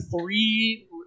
three